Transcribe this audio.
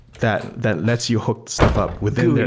that that lets you hook stuff up within